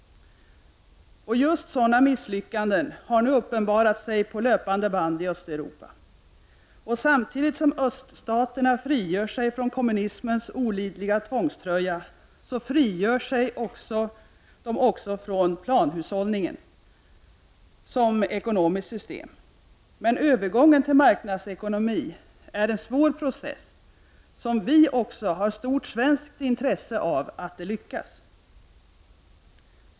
Just sådana misslyckanden har nu uppenbarat sig på löpande band i Östeuropa. Och samtidigt som öststaterna frigör sig från kommunismens olidliga tvångströja, frigör de sig också från planhushållningen som ekonomiskt system. Men övergången till marknadsekonomi är en svår process, och vi har också stort svenskt intresse av att den lyckas.